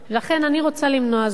ולכן אני רוצה למנוע זאת.